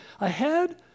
ahead